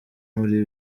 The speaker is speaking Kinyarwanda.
muri